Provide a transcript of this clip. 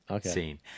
scene